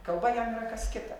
kalba jam yra kas kita